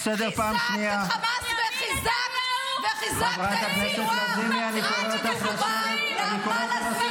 דיברת עליי מספיק פעמים, ודיברת על ראש הממשלה.